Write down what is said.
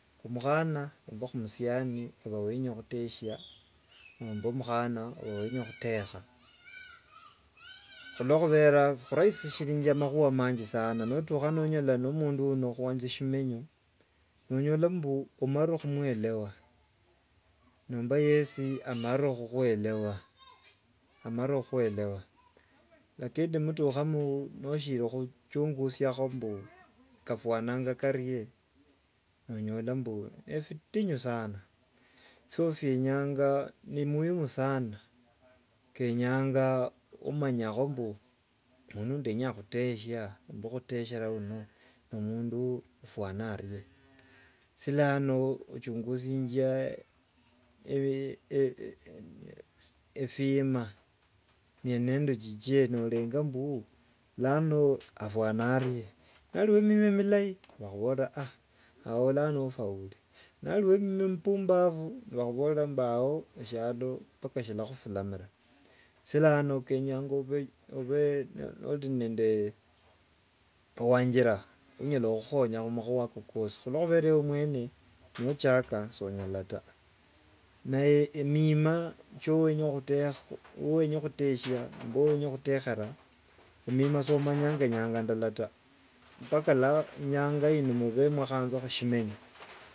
Omukhana nemba omusiani oba wenya khuteshia nomba mukhana yenya khutekha khulokhubera khurakhisirishire makhuwa manji sana notukha nonyola mbu no- omundu yimwenya khwanja simenyo, nonyola mbu omarire khumu- elewa nomba yesi amarire khukhu- elewa amarire khukhu- elewa. Lakini nimutukha mbu noshiri khuchungusia- kho mbu kafwananga karie nonyola mbu nebitinyu sana. So byenyanga ni muhimu sana kenyanga omanyakho mbu mundu yindenyanga khuteshia nomba khuteshera, uno no- omundu afwana arie. So lano ochungusinja ebhima emyie- nendo chiche, noringa mbu lano afwana arie. Nari we- mima milayi nobola ao lano ofaure, nari ne- emima mipumbafu ni bakhuborera mbu ao shyalo mpaka shilakhu- fulamira. Esya lano kenyanga obe nori nende wanjira onyala khukhonya khumakhuwa ako kosi. Khulokhuba ewe mwene nochaka sonyala ta! Naye emima cho- wenya khutekha wenya khutesha nomba yu- wenya khuteshera, emima somanyanga enyanga ndala ta! Mpaka lano enyanga indi mbhe mwakhanja shimenyo.